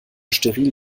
steril